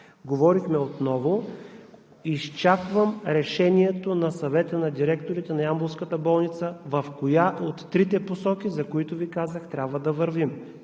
говорихме отново. Изчаквам решението на Съвета на директорите на ямболската болница в коя от трите посоки, за които Ви казах, трябва да вървим.